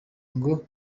ngo